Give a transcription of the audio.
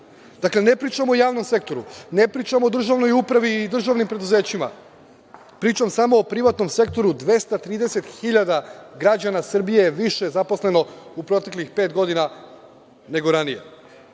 dakle, ne pričamo o javnom sektoru, ne pričamo o državnoj upravi i državnim preduzećima, pričam samo o privatnom sektoru, 230.000 građana Srbije je više zaposleno u proteklih pet godina nego ranije.